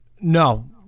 No